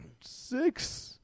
six